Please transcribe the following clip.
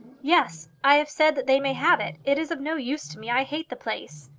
yes i have said they may have it. it is of no use to me. i hate the place.